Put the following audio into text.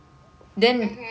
mmhmm